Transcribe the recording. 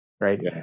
right